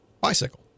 bicycle